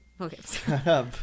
Okay